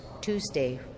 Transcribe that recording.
Tuesday